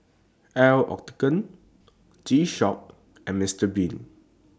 L'Occitane G Shock and Mr Bean